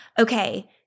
okay